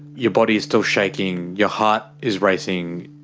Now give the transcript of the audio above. your body is still shaking, your heart is racing,